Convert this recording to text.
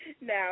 Now